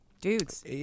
dudes